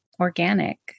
organic